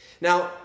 Now